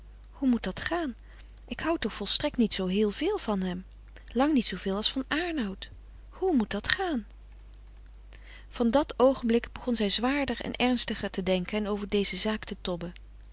hoe moet dat gaan ik hou toch volstrekt niet zoo heel veel van hem lang niet zooveel als van aernout hoe moet dat gaan van dat oogenblik begon zij zwaarder en ernstiger te denken en over deze zaak te tobben